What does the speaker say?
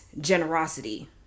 generosity